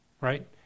right